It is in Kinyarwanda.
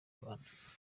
rwanda